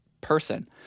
person